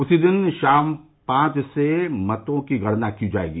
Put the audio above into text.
उसी दिन शाम पांच से मतो की गणना की जायेगी